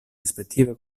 rispettive